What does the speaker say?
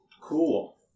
Cool